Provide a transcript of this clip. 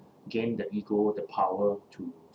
gain the ego the power to